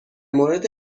مورد